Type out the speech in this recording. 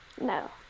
No